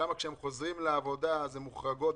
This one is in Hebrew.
שם כשהן חוזרות לעבודה אז הן מוחרגות.